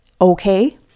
okay